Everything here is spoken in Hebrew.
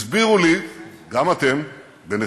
הסבירו לי, גם אתם, ביניכם,